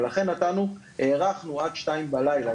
ולכן הארכנו עד שתיים בלילה,